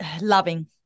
loving